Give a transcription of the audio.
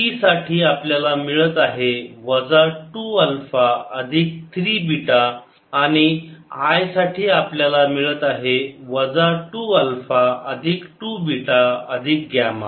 T साठी आपल्याला मिळत आहे वजा 2 अल्फा अधिक 3 बीटा आणि I साठी आपल्याला मिळत आहे वजा 2 अल्फा अधिक 2 बीटा अधिक ग्यामा